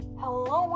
hello